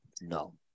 no